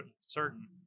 certain